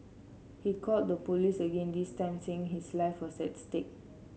he called the police again this time saying his life was at stake